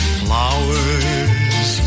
flowers